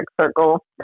circle